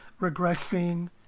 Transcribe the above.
regressing